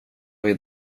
vid